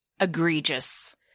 egregious